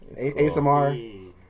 ASMR